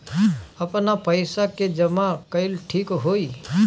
आपन पईसा के जमा कईल ठीक होई?